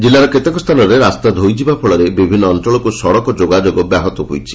ଜିଲ୍ଲାର କେତେକ ସ୍ଥାନରେ ରାସ୍ତା ଧୋଇଯିବା ଫଳରେ ବିଭିନ୍ ଅଞଳକୁ ସଡ଼କ ଯୋଗାଯୋଗ ବ୍ୟାହତ ହୋଇଛି